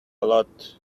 lot